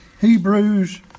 Hebrews